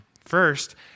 First